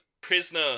prisoner